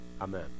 Amen